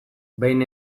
behin